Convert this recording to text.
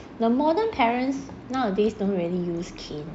the modern parents nowadays don't really use cane